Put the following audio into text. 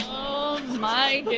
oh my